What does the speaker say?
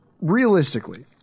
realistically